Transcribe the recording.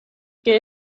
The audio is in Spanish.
que